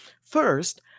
First